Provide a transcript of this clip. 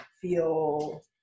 feel